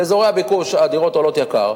באזורי הביקוש הדירות עולות ביוקר,